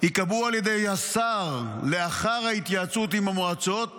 ייקבעו על ידי השר לאחר ההתייעצות עם המועצות